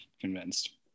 convinced